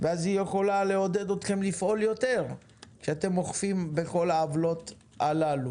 ואז היא יכולה לעודד אתכם לפעול יותר כשאתם אוכפים בכל העוולות הללו?